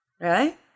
Right